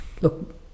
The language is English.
Look